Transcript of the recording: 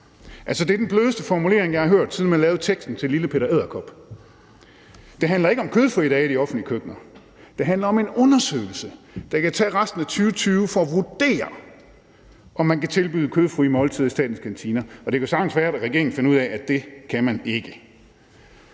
det er den blødeste formulering, jeg har hørt, siden man lavede teksten til Lille Peter Edderkop. Det handler ikke om kødfrie dage i de offentlige køkkener. Det handler om en undersøgelse, der kan tage resten af 2022, hvor man skal vurdere, om man kan tilbyde kødfrie måltider i statens kantiner. Og det kan sagtens være, at regeringen finder ud af, at det kan man ikke.